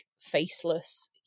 faceless